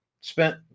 spent